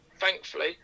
thankfully